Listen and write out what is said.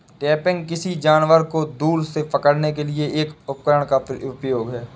trapping, किसी जानवर को दूर से पकड़ने के लिए एक उपकरण का उपयोग है